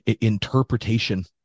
interpretation